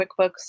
quickbooks